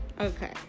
Okay